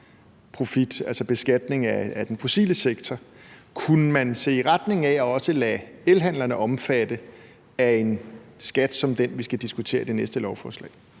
altså beskatning af den fossile sektor. Kunne man se i retning af også at lade elhandlerne omfatte af en skat som den, vi skal diskutere i det næste lovforslag?